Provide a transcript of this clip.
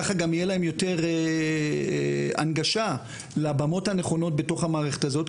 ככה גם יהיה להם יותר הנגשה לבמות הנכונות בתוך המערכת הזאת,